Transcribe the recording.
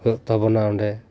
ᱦᱩᱭᱩᱜ ᱛᱟᱵᱚᱱᱟ ᱚᱸᱰᱮ